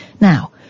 Now